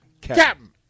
Captain